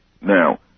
Now